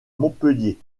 montpellier